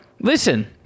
listen